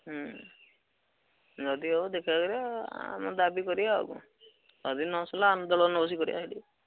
ହୁଁ ଯଦି ହେବ ଦେଖା କରିବା ଆମ ଦାବି କରିବା ଆଉ କ'ଣ ଯଦି ନ ଶୁଣିଲା ଆନ୍ଦୋଳନ ବସି କରିବା ସେଠି